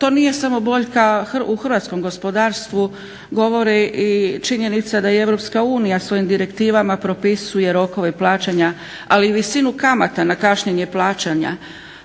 to nije samo boljka u Hrvatskom gospodarstvu govore i činjenica da Europska unija svojim direktivama propisuje svoje rokove plaćanja ali i visinu kamata na kašnjenje plaćanja